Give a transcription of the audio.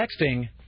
texting